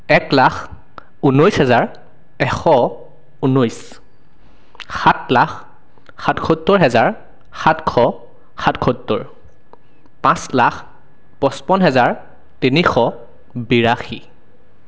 এক লাখ ঊনৈছ হাজাৰ এশ ঊনৈছ সাত লাখ সাতসত্তৰ হাজাৰ সাতশ সাতসত্তৰ পাঁচ লাখ পঁচপন্ন হাজাৰ তিনিশ বিয়াশী